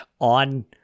on